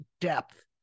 depth